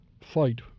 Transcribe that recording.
fight